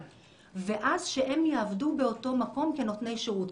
ואז שהם יעבדו באותו מקום כנותני שירות.